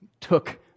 took